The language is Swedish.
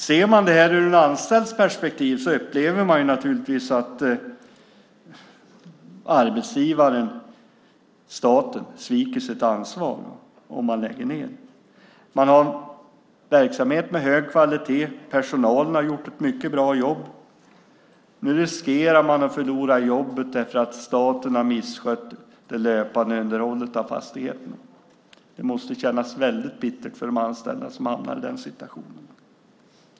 Om man ser detta i en anställds perspektiv upplever man naturligtvis att arbetsgivaren, staten, sviker sitt ansvar om man lägger ned anstalten. Man har en verksamhet med hög kvalitet. Personalen har gjort ett mycket bra jobb. Nu riskerar människor att förlora jobbet därför att staten har misskött det löpande underhållet av fastigheten. Det måste kännas bittert för de anställda som har hamnat i den situationen.